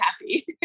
happy